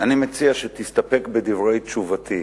אני מציע שתסתפק בדברי תשובתי.